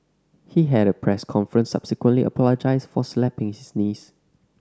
he had at a press conference subsequently apologised for slapping his niece